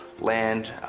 land